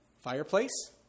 fireplace